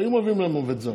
היו מביאים להם עובד זר.